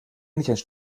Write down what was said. nicht